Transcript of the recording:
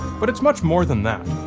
but it's much more than that.